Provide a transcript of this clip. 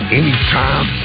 anytime